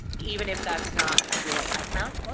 even if that's not your background.